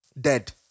Dead